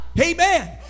Amen